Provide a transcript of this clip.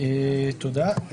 תודה.